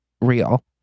real